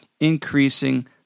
increasing